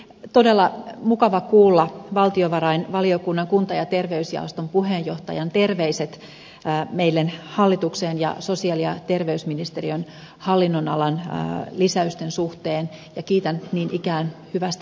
oli todella mukava kuulla valtiovarainvaliokunnan kunta ja terveysjaoston puheenjohtajan terveiset hallituksen ja sosiaali ja terveysministeriön hallinnonalan lisäysten suhteen ja kiitän niin ikään hyvästä yhteistyöstä